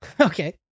Okay